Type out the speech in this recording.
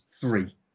three